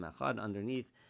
underneath